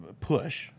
push